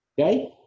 Okay